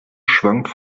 schwankt